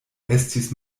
estis